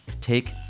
take